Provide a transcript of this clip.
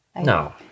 No